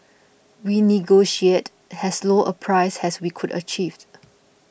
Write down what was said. we negotiated as low a price as we could achieve